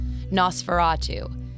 Nosferatu